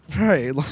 Right